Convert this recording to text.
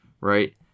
right